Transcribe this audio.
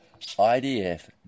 IDF